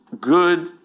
good